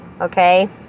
Okay